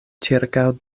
ĉirkaŭ